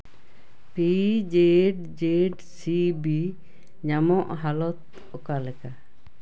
P Z Z C B ᱧᱟᱢᱚᱜ ᱦᱟᱞᱚᱛ ᱚᱠᱟᱞᱮᱠᱟ